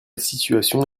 situation